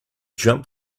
jump